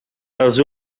els